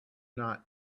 not